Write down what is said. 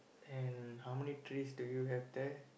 and how many trees do you have there